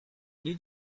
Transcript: nie